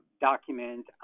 document